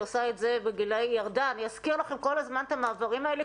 אני אזכיר לכם כל הזמן את המעברים האלה,